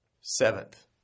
Seventh